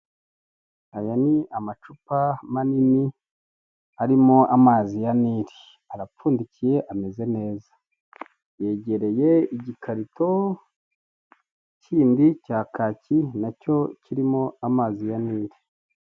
Aya ni amacupa manini arimo amazi ya nile arapfundikiye ameze neza. Yegereye igikarito kindi cya kaki nacyo kirimo amazi ya nile.